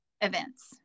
events